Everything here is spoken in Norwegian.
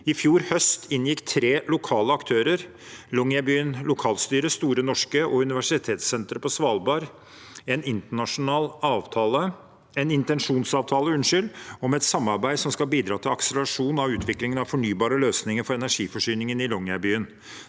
I fjor høst inngikk tre lokale aktører – Longyearbyen lokalstyre, Store Norske og Universitetssenteret på Svalbard – en intensjonsavtale om et samarbeid som skal bidra til akselerasjon av utviklingen av fornybare løsninger for energiforsyningen i Longyearbyen,